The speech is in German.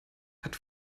hat